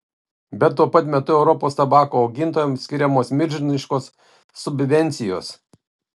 bet tuo pat metu europos tabako augintojams skiriamos milžiniškos subvencijos